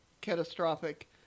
catastrophic